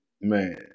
Man